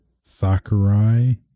Sakurai